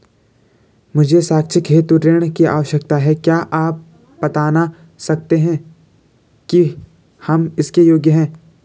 मुझे शैक्षिक हेतु ऋण की आवश्यकता है क्या आप बताना सकते हैं कि हम इसके योग्य हैं?